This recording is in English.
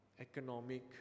economic